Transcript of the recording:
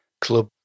club